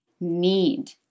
need